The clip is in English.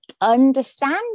understand